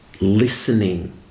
listening